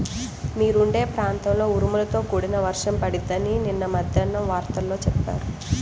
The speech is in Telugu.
మీరుండే ప్రాంతంలో ఉరుములతో కూడిన వర్షం పడిద్దని నిన్న మద్దేన్నం వార్తల్లో చెప్పారు